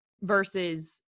versus